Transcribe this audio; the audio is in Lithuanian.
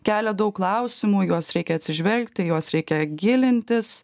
kelia daug klausimų juos reikia atsižvelgti juos reikia gilintis